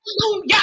hallelujah